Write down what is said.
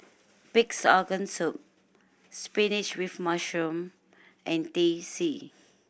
Pig's Organ Soup spinach with mushroom and Teh C